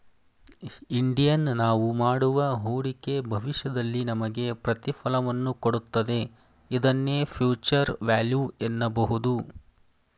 Indian ನಾವು ಮಾಡುವ ಹೂಡಿಕೆ ಭವಿಷ್ಯದಲ್ಲಿ ನಮಗೆ ಪ್ರತಿಫಲವನ್ನು ಕೊಡುತ್ತದೆ ಇದನ್ನೇ ಫ್ಯೂಚರ್ ವ್ಯಾಲ್ಯೂ ಎನ್ನಬಹುದು